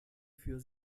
für